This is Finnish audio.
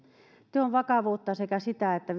teon vakavuutta sekä sitä että